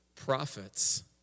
Prophets